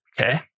okay